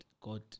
God